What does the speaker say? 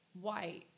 white